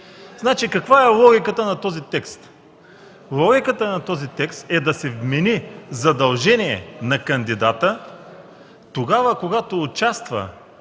Каква е логиката на този тест? Логиката на този текст е да се вмени задължение на кандидата, когато той участва